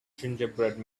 gingerbread